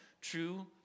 true